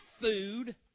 food